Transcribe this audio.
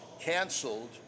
canceled